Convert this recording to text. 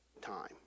time